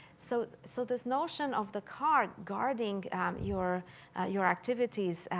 so so this notion of the car guarding your your activities,